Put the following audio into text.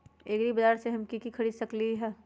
एग्रीबाजार से हम की की खरीद सकलियै ह?